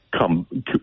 come